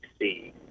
See